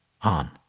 on